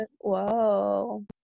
Whoa